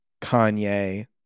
Kanye